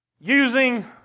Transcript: using